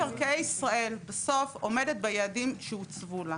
רשות מקרקעי בסוף עומדת ביעדים שהוצבו לה.